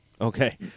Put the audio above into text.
Okay